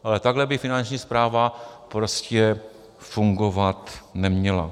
Ale takhle by Finanční správa prostě fungovat neměla.